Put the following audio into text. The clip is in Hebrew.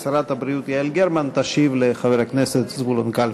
שרת הבריאות יעל גרמן תשיב לחבר הכנסת זבולון כלפה.